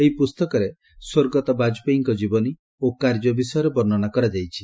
ଏହି ପୁସ୍ତକରେ ସ୍ୱର୍ଗତଃ ବାଜପେୟୀଙ୍କ ଜୀବନୀ ଓ କାର୍ଯ୍ୟ ବିଷୟରେ ବର୍ଷ୍ଣନା କରାଯାଇଛି